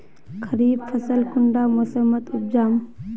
खरीफ फसल कुंडा मोसमोत उपजाम?